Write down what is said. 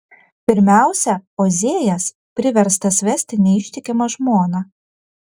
pirmiausia ozėjas priverstas vesti neištikimą žmoną